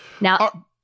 now